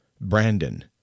Brandon